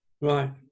Right